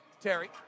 Terry